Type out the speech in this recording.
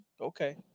Okay